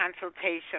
consultation